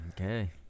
okay